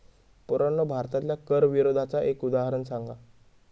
पोरांनो भारतातल्या कर विरोधाचा एक उदाहरण सांगा